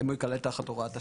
האם הוא יקרא תחת הוראת השעה?